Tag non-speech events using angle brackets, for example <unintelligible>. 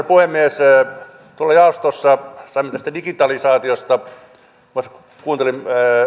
<unintelligible> puhemies tuolla jaostossa saimme tästä digitalisaatiosta